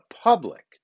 public